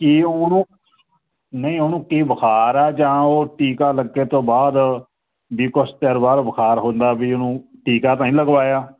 ਇਹ ਉਹਨੂੰ ਨਹੀਂ ਉਹਨੂੰ ਕੀ ਬੁਖਾਰ ਆ ਜਾਂ ਉਹ ਟੀਕਾ ਲੱਗੇ ਤੋਂ ਬਾਅਦ ਵੀ ਕੁਝ ਚਿਰ ਬਾਅਦ ਬੁਖਾਰ ਹੁੰਦਾ ਵੀ ਉਹਨੂੰ ਟੀਕਾ ਤਾਂ ਨੀ ਲਗਵਾਇਆ